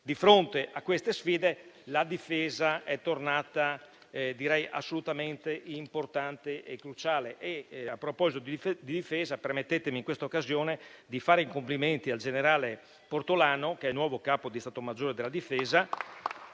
Di fronte a queste sfide, la difesa è tornata assolutamente importante e cruciale. A proposito di Difesa, permettetemi in questa occasione di fare i complimenti al generale Portolano, che è il nuovo Capo di Stato maggiore della Difesa.